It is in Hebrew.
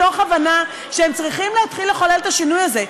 מתוך הבנה שהם צריכים להתחיל לחולל את השינוי הזה.